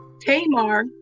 Tamar